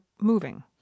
moving